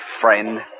friend